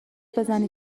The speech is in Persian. بزنین